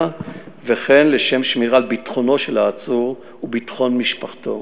וכן לשם שמירה על ביטחונו של העצור וביטחון משפחתו.